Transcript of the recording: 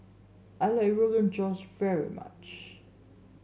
I like Rogan Josh very much